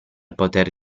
poter